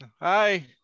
hi